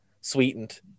sweetened